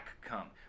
come